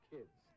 Kids